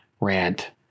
rant